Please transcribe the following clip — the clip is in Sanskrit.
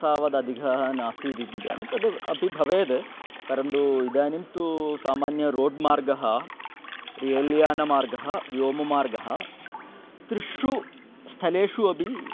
तावद् अधिकः नास्ति इति चिन्तयामि तद् अपि भवेद् परन्तु इदानीं तु सामान्यं रोड् मार्गः रेल्यानमार्गः व्योममार्गः त्रिषु स्थलेषु अपि